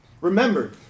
Remember